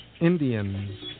Indians